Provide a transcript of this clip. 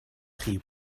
chi